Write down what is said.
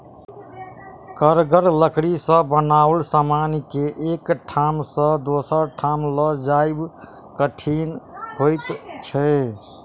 कड़गर लकड़ी सॅ बनाओल समान के एक ठाम सॅ दोसर ठाम ल जायब कठिन होइत छै